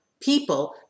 people